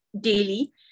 daily